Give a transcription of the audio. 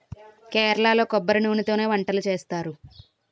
కేరళలో కొబ్బరి నూనెతోనే వంటలు చేస్తారు